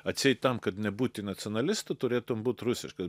atseit tam kad nebūti nacionalistu turėtum būt rusiškas